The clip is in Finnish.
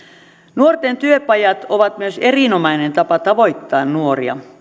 nuorten työpajat ovat myös erinomainen tapa tavoittaa nuoria